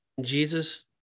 Jesus